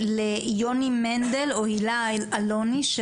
ליוני מנדל או הילה אלוני ממכון ון ליר,